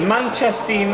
Manchester